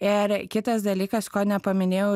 ir kitas dalykas ko nepaminėjau